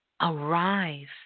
arrive